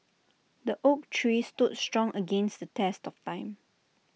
the oak tree stood strong against the test of time